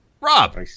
Rob